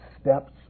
steps